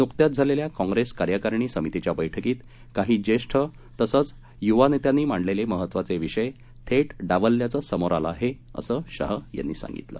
नुकत्याच झालेल्या काँग्रेस कार्यकारिणी समितीच्या बैठकीत काही ज्येष्ठ तसंच युवा नेत्यांनी मांडलेले महत्त्वाचे विषय थेट डावलल्याचं समोर आलं असं शाह यांनी सांगितलं